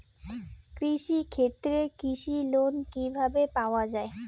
কৃষি ক্ষেত্রে কৃষি লোন কিভাবে পাওয়া য়ায়?